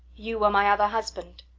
you were my other husband.